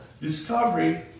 Discovery